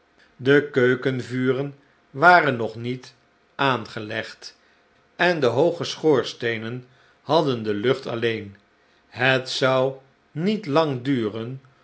de keukenvuren waren nog niet aangelegd en de hooge schoorsteenen hadden de lucht alleen het zou niet lang duren